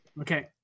okay